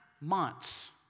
months